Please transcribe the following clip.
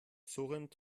surrend